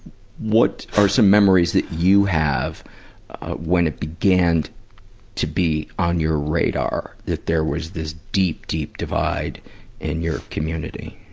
what are some memories that you have when it began to be on your radar that there was this deep, deep divide in your community?